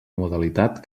modalitat